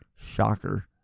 Shocker